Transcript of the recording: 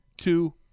two